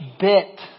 bit